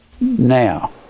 Now